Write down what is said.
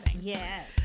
Yes